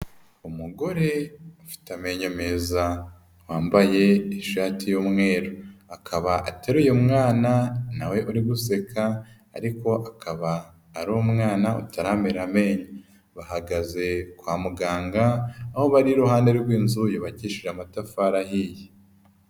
Umugore ufite amenyo meza wambaye ishati y'umweru, akaba ateruye umwana nawe uri guseka ariko akaba ari umwana utaramera amenyo, bahagaze kwa muganga aho bari iruhande rw'inzu yubakishije amatafari ahiye.